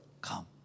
come